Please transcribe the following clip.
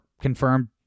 confirmed